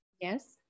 yes